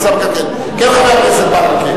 חבר הכנסת ברכה,